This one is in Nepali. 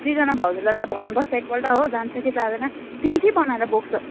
सृजना भाउजूलाई त भन्नुपर्छ एकपल्ट हो जान्छ कि जाँदैन तिमी के बनाएर बोक्छौ